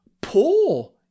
poor